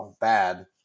bad